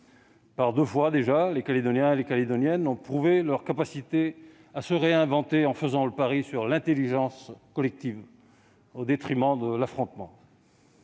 Par deux fois déjà, les Calédoniens et les Calédoniennes ont prouvé leur capacité à se réinventer en faisant le pari de l'intelligence collective, au détriment de l'affrontement.